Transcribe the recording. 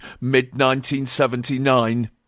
mid-1979